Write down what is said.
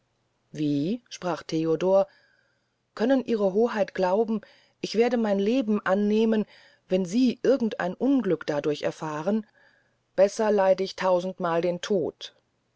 wie sprach theodor können ihre hoheit glauben ich werde mein leben annehmen wenn sie irgend ein unglück dadurch befahren besser leid ich tausendmal den tod